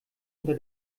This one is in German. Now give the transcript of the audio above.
unter